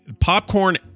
popcorn